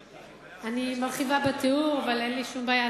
אני מרחיבה בתיאור, אבל אין לי שום בעיה.